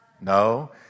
No